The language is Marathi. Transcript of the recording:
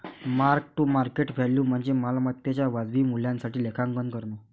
मार्क टू मार्केट व्हॅल्यू म्हणजे मालमत्तेच्या वाजवी मूल्यासाठी लेखांकन करणे